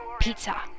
pizza